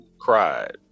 cried